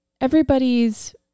everybody's